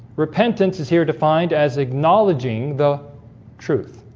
repentance is here defined as acknowledging the truth